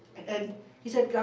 and he said,